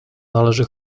należy